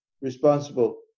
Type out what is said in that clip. responsible